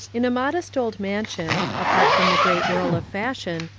in a modest old mansiod, apart from the great whirl of fash ion,